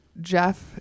Jeff